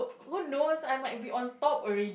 who knows I might be on top already